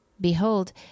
Behold